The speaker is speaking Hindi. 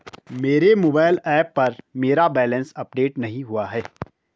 मेरे मोबाइल ऐप पर मेरा बैलेंस अपडेट नहीं हुआ है